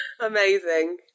Amazing